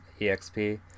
EXP